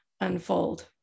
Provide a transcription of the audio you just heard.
Unfold